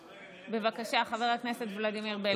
בבקשה, חבר הכנסת ולדימיר בליאק.